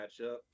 matchup